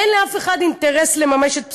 אין לאף אחד אינטרס לממש את פסק-הדין,